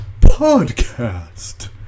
podcast